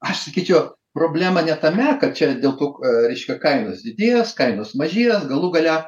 aš sakyčiau problema ne tame kad čia dėl tų reiškia kainos didės kainos mažės galų gale